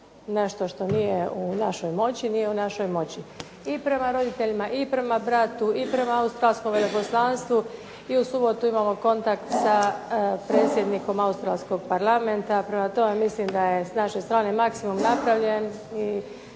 nešto što nije u našoj moći nije u našoj moći. I prema roditeljima i prema bratu i prema Australskom veleposlanstvu i u subotu imamo kontakt sa predsjednikom Australskog parlamenta. Prema tome mislim da je s naše strane maksimum napravljen